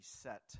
set